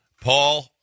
Paul